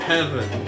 Heaven